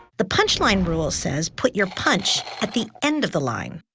the punchline rule says put your punch at the end of the line.